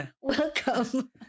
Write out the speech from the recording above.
welcome